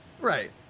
Right